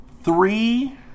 three